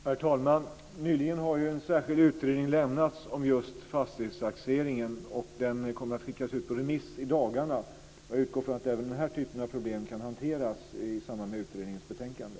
Herr talman! Nyligen har en särskild utredning avlämnat sitt betänkande om just fastighetstaxeringen. Det kommer att skickas ut på remiss i dagarna. Jag utgår från att även den här typen av problem kan hanteras i samband med utredningens betänkande.